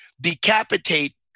decapitate